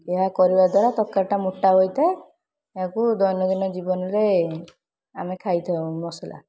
ଏହା କରିବା ଦ୍ୱାରା ତରକାରୀଟା ମୋଟା ହୋଇଥାଏ ଏହାକୁ ଦୈନନ୍ଦିନ ଜୀବନରେ ଆମେ ଖାଇଥାଉ ମସଲା